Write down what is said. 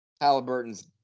Halliburton's